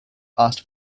asked